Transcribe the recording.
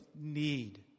need